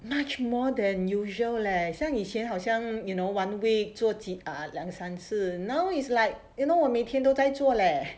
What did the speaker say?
much more than usual leh 像以前好像 you know one week 做几 err 两三次 now is like you know 我每天都在做 leh